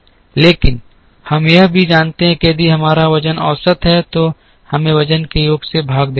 लेकिन हम यह भी जानते हैं कि यदि हमारा वजन औसत है तो हमें वज़न के योग से भाग देना होगा